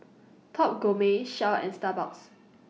Top Gourmet Shell and Starbucks